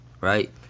right